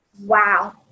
Wow